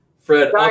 Fred